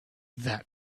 that